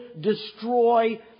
destroy